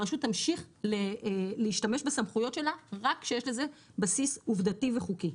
הרשות תמשיך להשתמש בסמכויות שלה רק כשיש לזה בסיס עובדתי וחוקי.